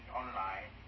online